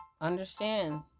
Understand